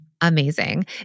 amazing